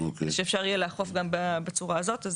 כך שאפשר יהיה לאכוף גם בצורה הזאת.